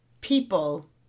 people